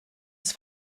ist